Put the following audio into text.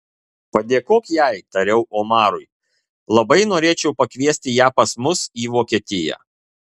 padėkok jai tariau omarui labai norėčiau pakviesti ją pas mus į vokietiją